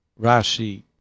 Rashi